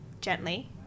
gently